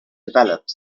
developed